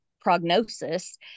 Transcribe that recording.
prognosis